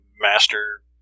master